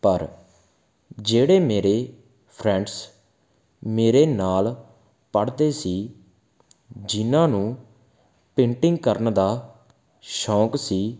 ਪਰ ਜਿਹੜੇ ਮੇਰੇ ਫਰੈਂਡਸ ਮੇਰੇ ਨਾਲ ਪੜਦੇ ਸੀ ਜਿਨਾਂ ਨੂੰ ਪੇਂਟਿੰਗ ਕਰਨ ਦਾ ਸ਼ੌਂਕ ਸੀ